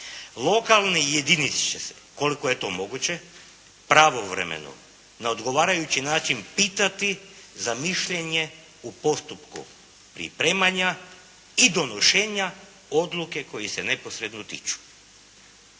"Lokalnoj jedinici će se, koliko je to moguće, pravovremeno, na odgovarajući način pitati za mišljenje u postupku pripremanja i donošenja odluke koje je se neposredno tiču.".